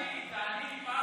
האופוזיציה.